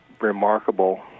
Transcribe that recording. remarkable